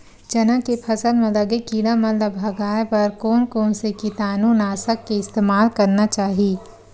चना के फसल म लगे किड़ा मन ला भगाये बर कोन कोन से कीटानु नाशक के इस्तेमाल करना चाहि?